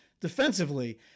defensively